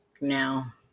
now